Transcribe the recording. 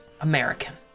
American